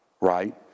right